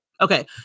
okay